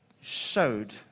showed